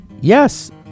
Yes